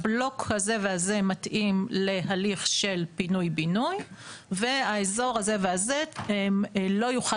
הבלוק הזה והזה מתאים להליך של פינוי-בינוי והאזור הזה והזה לא יוכל